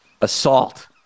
assault